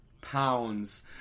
pounds